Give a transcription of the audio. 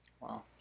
Wow